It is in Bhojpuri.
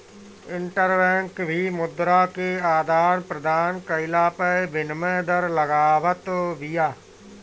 इंटरबैंक भी मुद्रा के आदान प्रदान कईला पअ विनिमय दर लगावत बिया